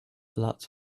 lots